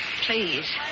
Please